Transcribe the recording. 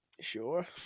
Sure